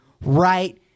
right